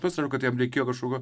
pats sako kad jam reikėjo kažkokio